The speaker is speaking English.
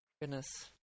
Goodness